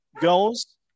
goes